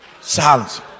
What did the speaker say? Silence